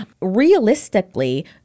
Realistically